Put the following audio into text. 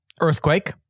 Earthquake